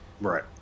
right